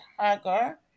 Hagar